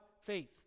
faith